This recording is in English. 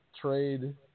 trade